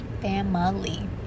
Family